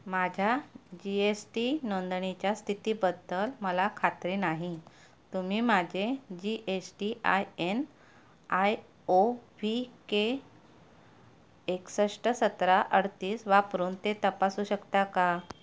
माझ्या G S T नोंदणीच्या स्थितीबद्दल मला खात्री नाही तुम्ही माझे G S T I N I O V K एकसष्ट सतरा अडतीस वापरून ते तपासू शकता का